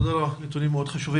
נתונים מאוד חשובים.